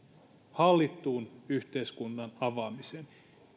hallittuun yhteiskunnan avaamiseen